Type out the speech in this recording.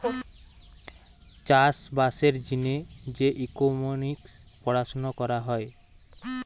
চাষ বাসের জিনে যে ইকোনোমিক্স পড়াশুনা করা হয়